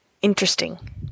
interesting